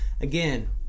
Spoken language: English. Again